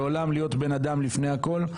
לעולם להיות בן אדם לפני הכול.